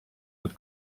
need